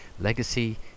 legacy